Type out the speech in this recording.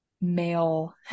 male